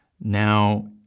now